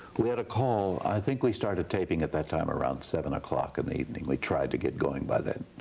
we had a call, i think we started taping at that time around seven o'clock in the evening. we tried to get going about then.